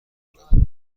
خوشحالم